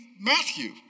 Matthew